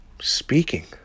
speaking